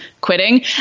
quitting